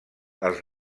els